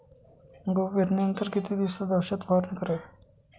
गहू पेरणीनंतर किती दिवसात औषध फवारणी करावी?